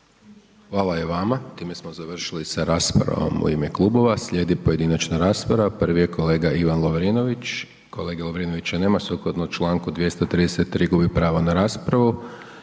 Hvala i vama. Time smo završili sa raspravom u ime klubova, slijedi pojedinačna rasprava prvi je kolega Ivan Lovrinović, kolege Lovrinovića nema, sukladno čl. 233. gubi pravo na raspravu.